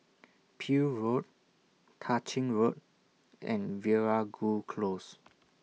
Peel Road Tah Ching Road and Veeragoo Close